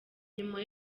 nyuma